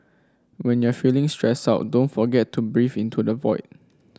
when you are feeling stressed out don't forget to breathe into the void